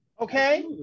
Okay